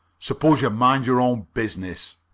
suppose you mind your own business.